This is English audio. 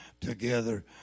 together